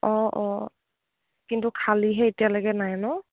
অঁ অঁ কিন্তু খালীহে এতিয়ালৈকে নাই ন